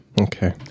Okay